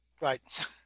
Right